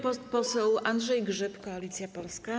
Poseł Andrzej Grzyb, Koalicja Polska.